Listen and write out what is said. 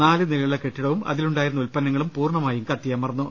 നാലു നിലയുളള കെട്ടിടവും അതിലുണ്ടായിരുന്ന ഉല്പന്നങ്ങളും പൂർണ്ണായും കത്തിയമർന്നു